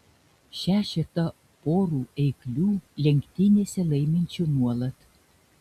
šešetą porų eiklių lenktynėse laiminčių nuolat